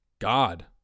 God